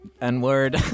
N-word